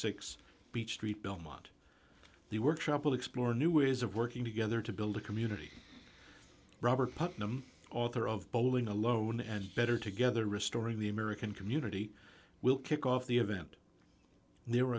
six beach street belmont the workshop will explore new ways of working together to build a community robert putnam author of bowling alone and better together restoring the american community will kick off the event